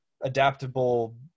adaptable